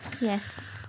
Yes